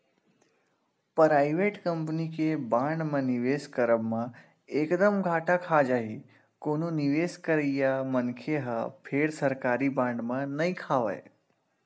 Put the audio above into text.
private company के बांड म निवेस करब म एक दम घाटा खा जाही कोनो निवेस करइया मनखे ह फेर सरकारी बांड म नइ खावय